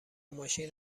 ماشین